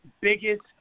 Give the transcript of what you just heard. biggest